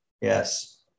yes